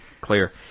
clear